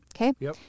Okay